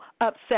upset